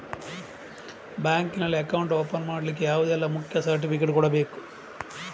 Bank ನಲ್ಲಿ account open ಮಾಡ್ಲಿಕ್ಕೆ ಯಾವುದೆಲ್ಲ ಮುಖ್ಯ ಸರ್ಟಿಫಿಕೇಟ್ ಕೊಡ್ಬೇಕು?